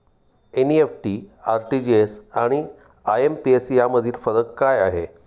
NEFT, RTGS आणि IMPS यामधील फरक काय आहे?